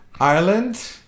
Ireland